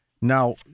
Now